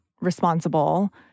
responsible